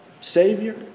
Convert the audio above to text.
Savior